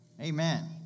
Amen